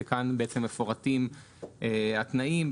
כאן מפורטים התנאים,